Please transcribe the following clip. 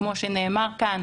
כמו שנאמר כאן,